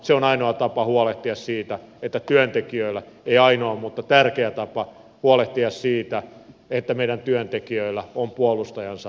se on ainoa tapa ei ainoa mutta tärkeä tapa huolehtia siitä että meidän työntekijöillä on puolustajansa työpaikoilla